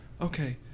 Okay